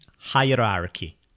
hierarchy